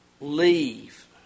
Leave